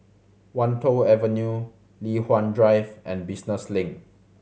Wan Tho Avenue Li Hwan Drive and Business Link